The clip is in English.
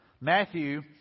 Matthew